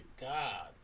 god